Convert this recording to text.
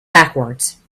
backwards